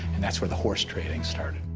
and that's where the horse trading started.